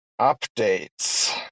updates